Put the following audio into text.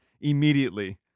immediately